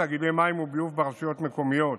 תאגידי מים וביוב ברשויות מקומיות